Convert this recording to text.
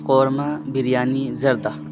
korma biryani زردہ